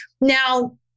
Now